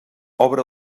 obre